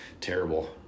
Terrible